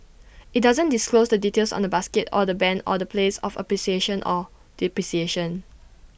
IT doesn't disclose the details on the basket or the Band or the place of appreciation or depreciation